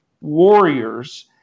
Warriors